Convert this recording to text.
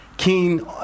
Keen